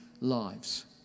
lives